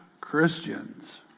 Christians